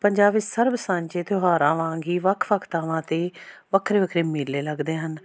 ਪੰਜਾਬ ਵਿੱਚ ਸਰਬ ਸਾਂਝੇ ਤਿਉਹਾਰਾਂ ਵਾਂਗ ਹੀ ਵੱਖ ਵੱਖ ਥਾਵਾਂ 'ਤੇ ਵੱਖਰੇ ਵੱਖਰੇ ਮੇਲੇ ਲੱਗਦੇ ਹਨ